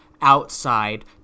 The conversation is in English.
outside